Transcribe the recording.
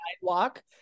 sidewalk